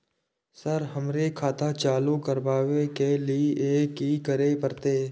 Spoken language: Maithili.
सर हमरो खाता चालू करबाबे के ली ये की करें परते?